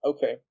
Okay